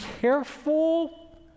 careful